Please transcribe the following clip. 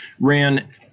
ran